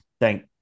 Thank